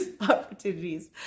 opportunities